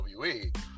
WWE